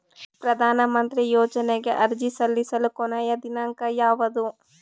ಪ್ರಧಾನ ಮಂತ್ರಿ ಯೋಜನೆಗೆ ಅರ್ಜಿ ಸಲ್ಲಿಸಲು ಕೊನೆಯ ದಿನಾಂಕ ಯಾವದು?